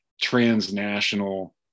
transnational